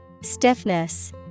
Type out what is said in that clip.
Stiffness